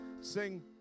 sing